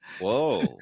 Whoa